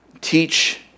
teach